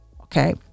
Okay